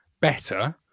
better